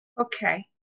Okay